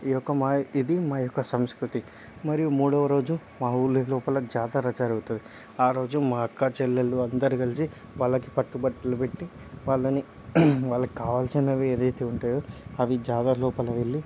ఈ యొక్క మా ఇది మా యొక్క సంస్కృతి మరియు మూడో రోజు మా ఊర్లో లోపల జాతర జరుగుతుంది ఆ రోజు మా అక్క చెల్లెల్లు అందరు కలిసి వాళ్ళకి పట్టు బట్టలు పెట్టి వాళ్ళని వాళ్ళకి కావాల్సినవి ఏదయితే ఉంటాయో అవి జాతర లోపల వెళ్ళి